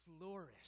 flourish